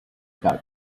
card